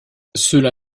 cela